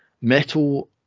metal